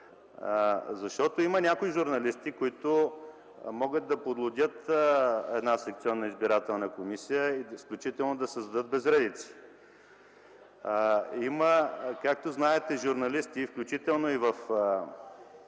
Защото има някои журналисти, които могат да подлудят една секционна избирателна комисия, включително да създадат безредици. Както знаете, има журналисти, включително в нашето